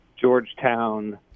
Georgetown